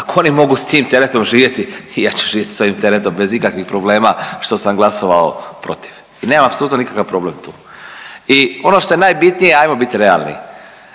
Ako oni mogu s tim teretom živjeti i ja ću živjeti s ovim teretom bez ikakvih problema što sam glasovao protiv i nemam apsolutno nikakav problem tu. I ono što je najbitnije, ajmo bit realni.